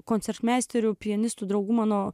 koncertmeisteriu pianistu draugu mano